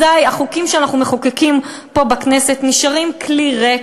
אזי החוקים שאנחנו מחוקקים פה בכנסת נשארים כלי ריק,